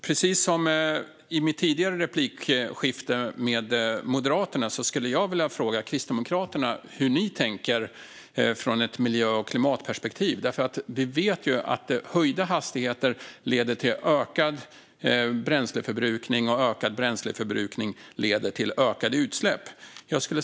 Precis som i mitt tidigare replikskifte med Moderaterna skulle jag vilja fråga Kristdemokraterna hur ni tänker ur ett miljö och klimatperspektiv. Vi vet ju att höjda hastigheter leder till ökad bränsleförbrukning och att ökad bränsleförbrukning leder till ökade utsläpp.